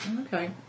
Okay